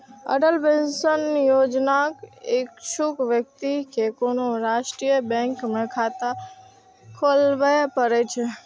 Atal pension योजनाक इच्छुक व्यक्ति कें कोनो राष्ट्रीय बैंक मे खाता खोलबय पड़ै छै